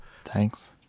thanks